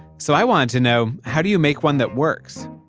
so i wanted to know, how do you make one that works?